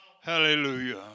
Hallelujah